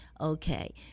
Okay